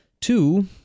two